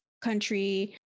country